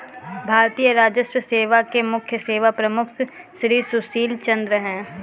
भारतीय राजस्व सेवा के मुख्य सेवा प्रमुख श्री सुशील चंद्र हैं